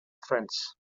friends